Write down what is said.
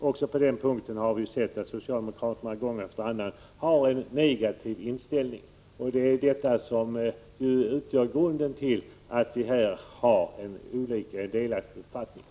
Även på den punkten har vi gång på gång sett att socialdemokraterna har en negativ inställning. Det är detta som utgör grunden till att vi i det här fallet har delade uppfattningar.